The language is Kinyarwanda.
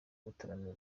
gutaramira